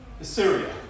Assyria